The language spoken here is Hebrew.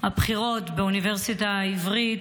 הבכירות באוניברסיטה העברית,